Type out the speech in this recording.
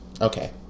Okay